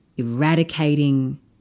eradicating